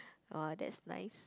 oh that's nice